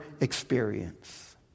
experience